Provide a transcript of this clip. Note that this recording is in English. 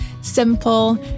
simple